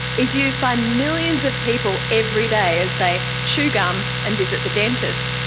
is used by millions of people every day as they chew gum and visit the dentist.